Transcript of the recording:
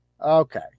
Okay